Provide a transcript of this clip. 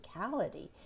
physicality